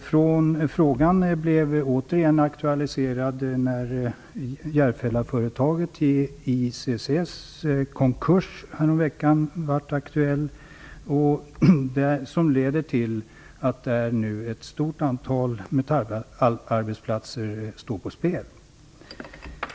Frågan blev åter aktualiserad när Järfällaföretaget JICC gick i konkurs häromveckan. Det leder till att ett stort antal metallarbetsplatser nu står på spel.